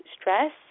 stress